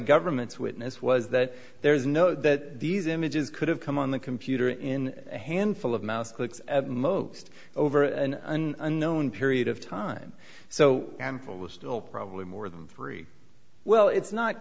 government's witness was that there is no that these images could have come on the computer in a handful of mouse clicks most over an unknown period of time so ample store probably more than three well it's not